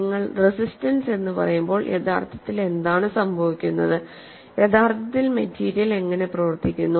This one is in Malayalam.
നിങ്ങൾ റെസിസ്റ്റൻസ് എന്ന് പറയുമ്പോൾ യഥാർത്ഥത്തിൽ എന്താണ് സംഭവിക്കുന്നത് യഥാർത്ഥത്തിൽ മെറ്റീരിയൽ എങ്ങനെ പ്രവർത്തിക്കുന്നു